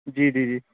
جی جی